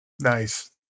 Nice